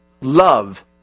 Love